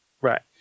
Right